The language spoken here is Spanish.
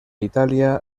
italia